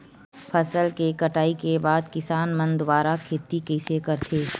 फसल के कटाई के बाद किसान मन दुबारा खेती कइसे करथे?